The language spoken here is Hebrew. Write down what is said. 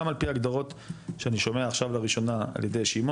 גם על פי הגדרות שאני שומע עכשיו לראשונה על ידי שמעון,